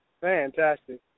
Fantastic